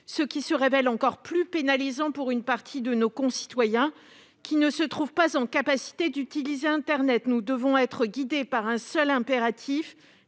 Cela se révèle encore plus pénalisant pour une partie de nos concitoyens qui ne se trouvent pas en mesure d'utiliser internet. Nous devons être guidés par un seul impératif